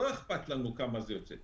לא אכפת לנו כמה יוצא ממנה.